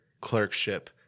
Clerkship